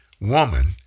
woman